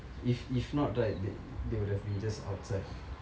if if not right they they would have been just outside